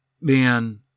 man